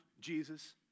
Jesus